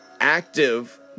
active